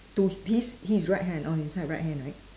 to his his right hand on his right hand right